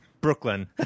Brooklyn